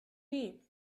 nie